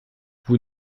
vous